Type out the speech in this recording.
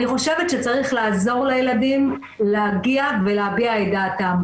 אני חושבת שצריך לעזור לילדים להגיע ולהביע את דעתם,